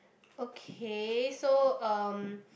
okay so um